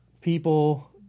people